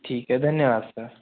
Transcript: ठीक है धन्यवाद सर